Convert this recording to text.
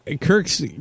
Kirk's